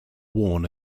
worn